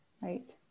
Right